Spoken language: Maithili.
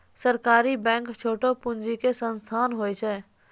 सहकारी बैंक छोटो पूंजी के संस्थान होय छै